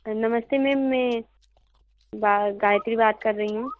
नमस्ते मैम मैं गायत्री बात कर रही हूँ